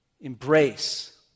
embrace